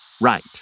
right